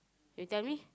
you tell me